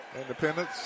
Independence